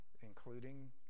including